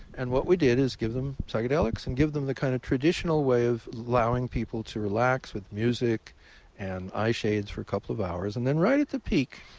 and what we did is give them psychedelics and give them the kind of traditional way of allowing people to relax with music and eye shades for a couple of hours. and then right at the peak,